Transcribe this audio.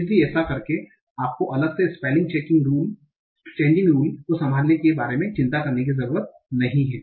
इसलिए ऐसा करके आपको अलग से स्पेलिंग चेंगिंग रुल्स को संभालने के बारे में चिंता करने की ज़रूरत नहीं है